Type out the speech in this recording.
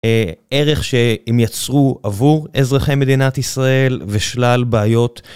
ערך שהם יצרו עבור אזרחי מדינת ישראל ושלל בעיות.